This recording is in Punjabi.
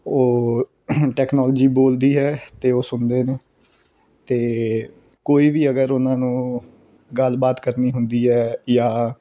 ਉਹ ਟੈਕਨੋਲੋਜੀ ਬੋਲਦੀ ਹੈ ਅਤੇ ਉਹ ਸੁਣਦੇ ਨੇ ਅਤੇ ਕੋਈ ਵੀ ਅਗਰ ਉਹਨਾਂ ਨੂੰ ਗੱਲਬਾਤ ਕਰਨੀ ਹੁੰਦੀ ਹੈ ਜਾਂ